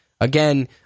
Again